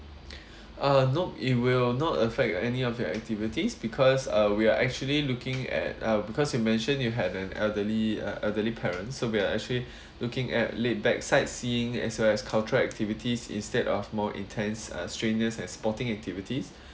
uh nope it will not affect any of your activities because uh we are actually looking at uh because you mention you have an elderly elderly parents so we are actually looking at laidback sightseeing as well as cultural activities instead of more intense uh strainers and sporting activities